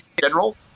general